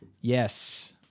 Yes